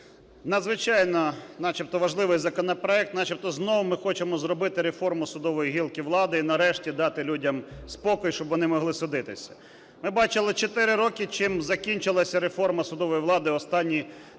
начебто, важливий законопроект. Начебто, знову ми хочемо зробити реформу судової гілки влади і нарешті дати людям спокій, щоб вони могли судитись. Ми бачили 4 роки, чим закінчилась реформа судової влади останньої